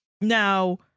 Now